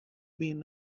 been